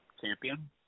Champion